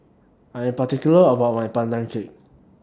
I Am particular about My Pandan Cake